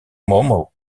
momo